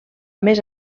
més